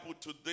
today